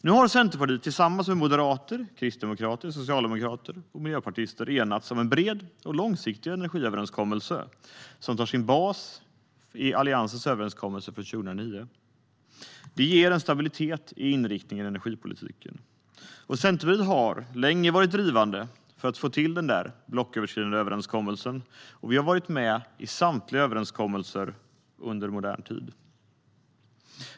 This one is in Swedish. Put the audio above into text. Nu har Centerpartiet tillsammans med moderater, kristdemokrater, socialdemokrater och miljöpartister enats om en bred och långsiktig energiöverenskommelse med bas i Alliansens överenskommelse från 2009. Det ger en stabilitet i inriktningen på energipolitiken. Centerpartiet har länge varit drivande för att för att få till den där blocköverskridande överenskommelsen, och vi har varit med i samtliga överenskommelser i modern tid.